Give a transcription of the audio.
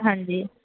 ਹਾਂਜੀ